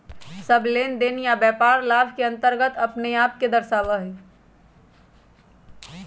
सब लेनदेन या व्यापार लाभ के अन्तर्गत अपने आप के दर्शावा हई